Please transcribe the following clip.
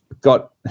got